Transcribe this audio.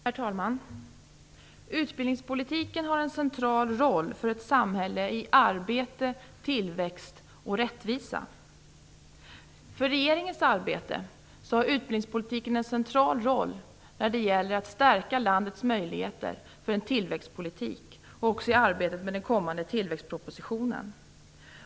Herr talman! Utbildningspolitiken har en central roll för ett samhälle i arbete, tillväxt och rättvisa. För regeringens arbete har utbildningspolitiken en central roll när det gäller att förbättra möjligheterna att driva en tillväxtpolitik i landet och också i arbetet med den kommande tillväxtpropositionen.